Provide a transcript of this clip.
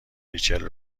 ریچل